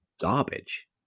garbage